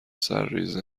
سرریز